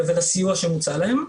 ועל הסיוע שמוצע להם.